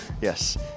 Yes